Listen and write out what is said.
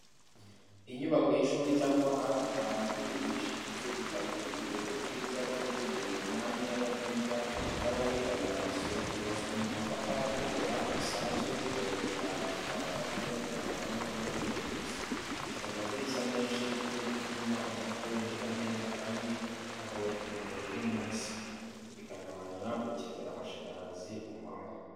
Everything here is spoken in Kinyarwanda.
Inyubako y’ishuri cyangwa ahandi hantu h’imyigishirize, ikaba ifite uburyo bwiza bwo gutegura imyanya y’abiga cyangwa abitabira amasomo. Yubatswe mu matafari atukura, bisanzwe bikoreshwa cyane mu Rwanda kubera kuramba no kuba bihendutse. Ifite amadirishya menshi yo gutuma umwuka winjira neza kandi hakaboneka urumuri rw’umunsi, bikagabanya gukenera amashanyarazi ku manywa.